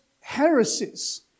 heresies